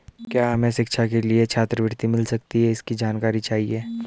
क्या हमें शिक्षा के लिए छात्रवृत्ति मिल सकती है इसकी जानकारी चाहिए?